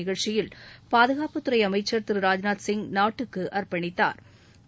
நிகழ்ச்சியில் பாதுகாப்புத்துறை அமைச்சர் திரு ராஜ்நாத் சிங் நாட்டுக்கு அர்ப்பணித்தாா்